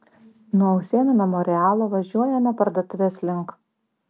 nuo usėnų memorialo važiuojame parduotuvės link